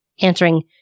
answering